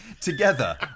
Together